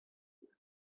you